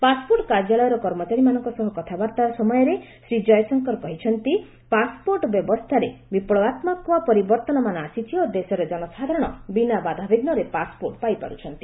passport କାର୍ଯ୍ୟାଳୟର କର୍ମଚାରୀମାନଙ୍କ ସହ ବାର୍ତ୍ତାଳାପ ସମୟରେ ଶ୍ରୀ ଜୟଶଙ୍କର କହିଛନ୍ତି ପାସ୍ପୋର୍ଟ୍ ବ୍ୟବସ୍ଥାରେ ବିପ୍କବାତ୍ମକ ପରିବର୍ତ୍ତନମାନ ଆସିଛି ଓ ଦେଶର ଜନସାଧାରଣ ବିନା ବାଧାବିଘୁରେ ପାସ୍ପୋର୍ଟ ପାଇପାରୁଛନ୍ତି